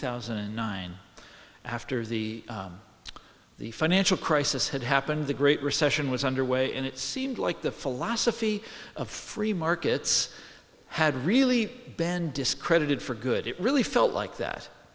thousand and nine after the the financial crisis had happened the great recession was underway and it seemed like the philosophy of free markets had really been discredited for good it really felt like that